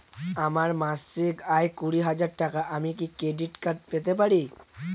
আমার মাসিক আয় কুড়ি হাজার টাকা আমি কি ক্রেডিট কার্ড পেতে পারি?